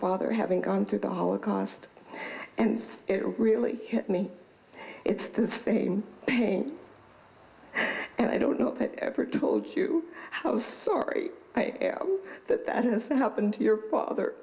father having gone through the holocaust and it really hit me it's the same pain and i don't know ever told you how sorry i that that has to happen to your father